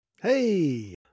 Hey